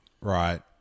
right